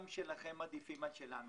עדיפים על שלנו.